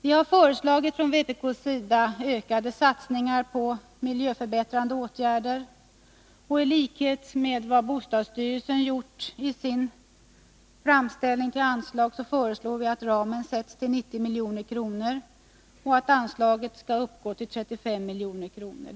Vpk har föreslagit ökade satsningar på miljöförbättrande åtgärder i bostadsområdena, och i likhet med vad bostadsstyrelsen gjort i sin anslagsframställning föreslår vi att ramen fastställs till 90 milj.kr. budgetåret 1982/83 och att anslaget skall uppgå till 35 milj.kr.